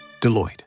Deloitte